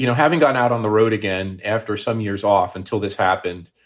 you know having gone out on the road again after some years off until this happened,